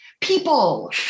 people